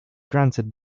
granted